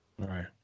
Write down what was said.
Right